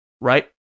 right